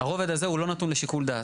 הרוב הזה הוא לא נתון לשיקול דעת.